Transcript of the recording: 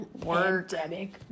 Pandemic